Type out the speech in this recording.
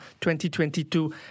2022